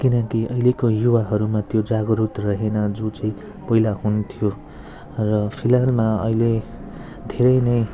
किनकि अहिलेको युवाहरूमा त्यो जागरुकता रहेन जो चाहिँ पहिला हुन्थ्यो र फिलहालमा अहिले धेरै नै